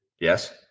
Yes